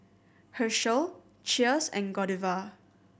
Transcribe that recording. Herschel Cheers and Godiva